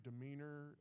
demeanor